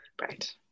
Right